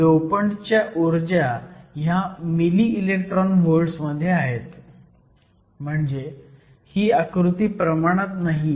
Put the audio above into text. डोपंटच्या ऊर्जा ह्या milli electron volts मध्ये आहेत म्हणजे ही आकृती प्रमाणात नाहीये